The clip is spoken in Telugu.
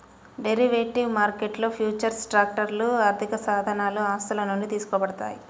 డెరివేటివ్ మార్కెట్లో ఫ్యూచర్స్ కాంట్రాక్ట్లు ఆర్థికసాధనాలు ఆస్తుల నుండి తీసుకోబడ్డాయి